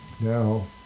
Now